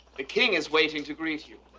the king is waiting to greet you.